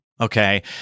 Okay